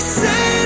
say